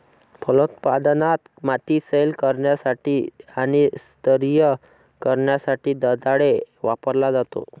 फलोत्पादनात, माती सैल करण्यासाठी आणि स्तरीय करण्यासाठी दंताळे वापरला जातो